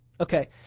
Okay